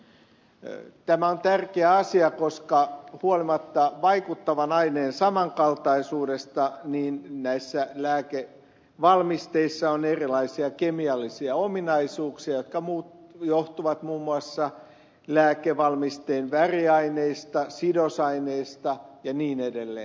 tämä on tärkeä asia koska huolimatta vaikuttavan aineen samankaltaisuudesta näissä lääkevalmisteissa on erilaisia kemiallisia ominaisuuksia jotka johtuvat muun muassa lääkevalmisteen väriaineista sidosai neista ja niin edelleen